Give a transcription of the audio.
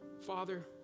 Father